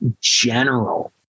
general